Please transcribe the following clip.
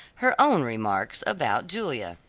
her own remarks about julia.